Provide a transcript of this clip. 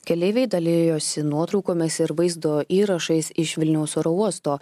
keleiviai dalijosi nuotraukomis ir vaizdo įrašais iš vilniaus oro uosto